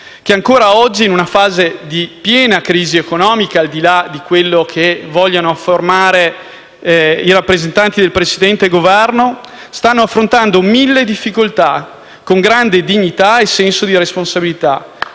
che ancora oggi, in una fase di piena crisi economica, al di là di quello che vogliono affermare i rappresentanti del precedente Governo, stanno affrontando mille difficoltà, con grande dignità e senso di responsabilità.